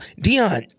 Dion